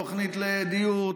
תוכנית לדיור,